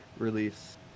release